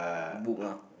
book ah